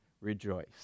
rejoice